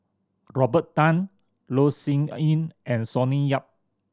Robert Tan Loh Sin Yun and Sonny Yap